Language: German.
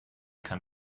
kann